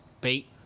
bait